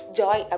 joy